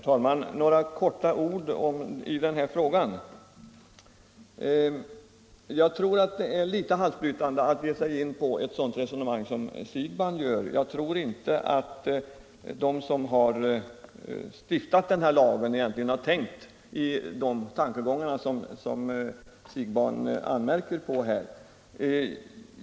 Herr talman! Bara några få ord i denna fråga. Jag finner herr Siegbahns resonemang vara halsbrytande. Jag tror inte att de som har stiftat lagen egentligen varit inne på de tankegångar som herr Siegbahn anmärkt på.